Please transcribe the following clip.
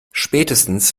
spätestens